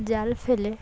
জাল ফেলে